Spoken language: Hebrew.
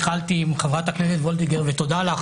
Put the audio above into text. התחלתי עם חברת הכנסת וולדיגר, ותודה לך